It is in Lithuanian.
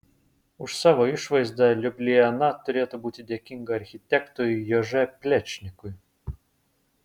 už savo išvaizdą liubliana turėtų būti dėkinga architektui jože plečnikui